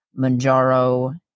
Manjaro